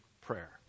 prayer